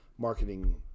marketing